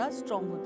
strong